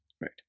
right